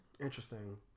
Interesting